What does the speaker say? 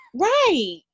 Right